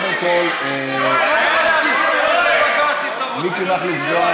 קודם כול, מיקי מכלוף זוהר